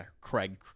Craig